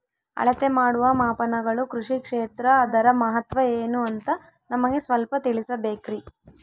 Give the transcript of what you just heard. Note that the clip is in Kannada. ಅಳತೆ ಮಾಡುವ ಮಾಪನಗಳು ಕೃಷಿ ಕ್ಷೇತ್ರ ಅದರ ಮಹತ್ವ ಏನು ಅಂತ ನಮಗೆ ಸ್ವಲ್ಪ ತಿಳಿಸಬೇಕ್ರಿ?